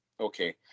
okay